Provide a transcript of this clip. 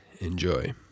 Enjoy